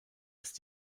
ist